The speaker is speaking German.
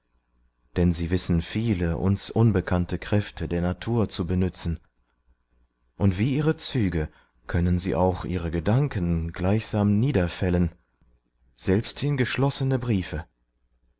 denn sie wissen viele uns unbekannte kräfte der natur zu benützen und wie ihre züge können sie auch ihre gedanken gleichsam niederfällen selbst in geschlossene briefe